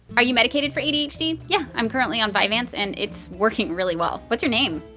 are you medicated for adhd? yeah, i'm currently on vyvanse and it's working really well what's your name?